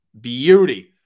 beauty